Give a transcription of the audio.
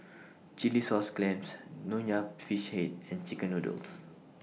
Chilli Sauce Clams Nonya Fish Head and Chicken Noodles